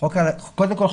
קודם כל,